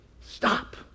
Stop